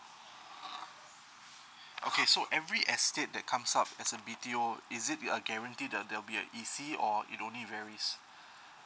okay so every estate that comes up as a _B_T_O is it you are guarantee that there'll be a E_C or it only varies